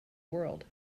world